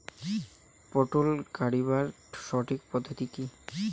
পটল গারিবার সঠিক পদ্ধতি কি?